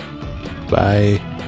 Bye